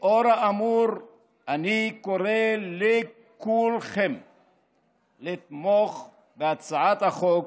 לאור האמור אני קורא לכולכם לתמוך בהצעת החוק